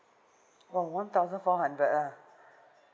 !wow! one thousand four hundred ah